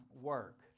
work